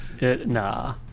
Nah